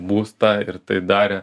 būstą ir tai darė